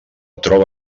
troba